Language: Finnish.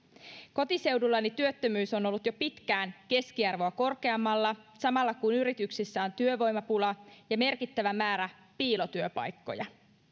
kotiseudullani työttömyys on ollut jo pitkään keskiarvoa korkeammalla samalla kun yrityksissä on työvoimapula ja merkittävä määrä piilotyöpaikkoja